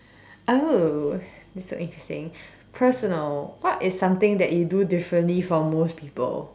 oh this so interesting personal what is something that you do differently from most people